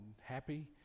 happy